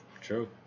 true